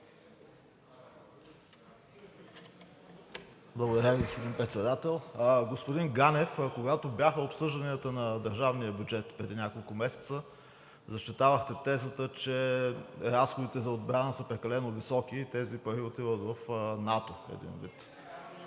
Благодаря Ви, господин Председател. Господин Ганев, когато бяха обсъжданията на държавния бюджет преди няколко месеца, защитавахте тезата, че разходите за отбрана са прекалено високи и тези пари отиват в НАТО един вид.